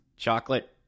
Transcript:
Chocolate